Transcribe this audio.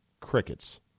crickets